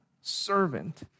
Servant